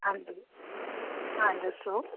ਹਾਂਜੀ ਹਾਂ ਦੱਸੋ